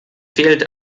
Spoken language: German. fehlt